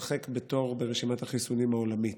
הן הרחק הרחק בתור ברשימת החיסונים העולמית.